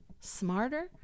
smarter